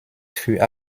für